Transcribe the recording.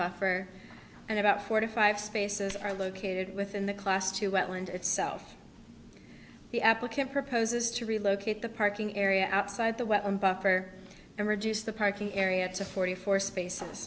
buffer and about forty five spaces are located within the class to wetland itself the applicant proposes to relocate the parking area outside the welcome buffer and reduce the parking area to forty four spaces